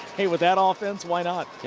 with that um offense, why not.